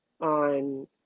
on